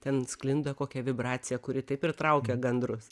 ten sklinda kokia vibracija kuri taip ir traukia gandrus